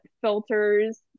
filters